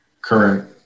correct